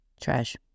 Trash